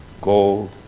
gold